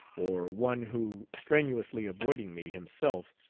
or one who, strenuously avoiding me himself,